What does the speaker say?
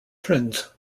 trends